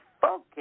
focus